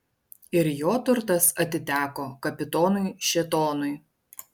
ir jo turtas atiteko kapitonui šėtonui